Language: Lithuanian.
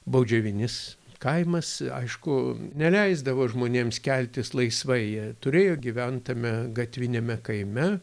baudžiavinis kaimas aišku neleisdavo žmonėms keltis laisvai jie turėjo gyvent tame gatviniame kaime